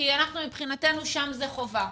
כי אנחנו, מבחינתנו שם זה חובה.